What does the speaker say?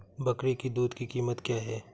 बकरी की दूध की कीमत क्या है?